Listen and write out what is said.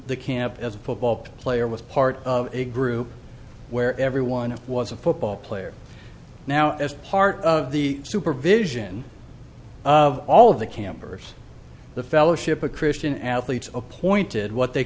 this camp as a football player was part of a group where everyone was a football player now as part of the supervision of all of the campers the fellowship of christian athletes appointed what they